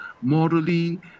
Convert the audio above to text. morally